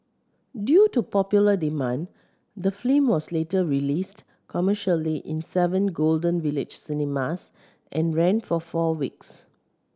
due to popular demand the film was later released commercially in seven Golden Village cinemas and ran for four weeks